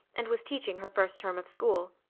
and was teaching her first term of school.